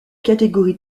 catégorie